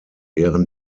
ehren